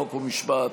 חוק ומשפט,